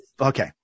Okay